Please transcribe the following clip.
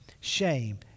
shame